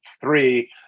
three